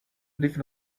leave